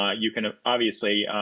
ah you can ah obviously.